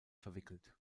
verwickelt